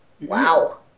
Wow